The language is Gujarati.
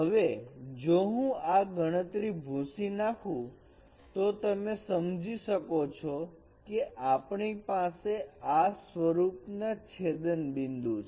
હવે જો હું આ ગણતરી ભૂસી નાખું તો તમે સમજી શકો છો કે આપણી પાસે આ સ્વરૂપ માં છેદન બિંદુ છે